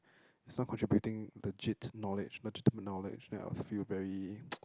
it's not contributing legit knowledge legitimate knowledge then I'll feel very